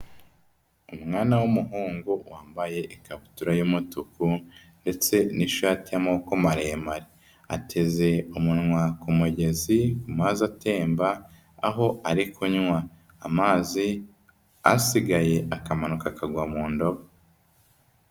Umwana w'umuhungu wambaye ikabutura y'umutuku ndetse n'ishati y'amaboko maremare. Ateze umunwa ku mugezi ku mazi atemba, aho ari kunywa amazi, asigaye akamanuka akagwa mu ndobo.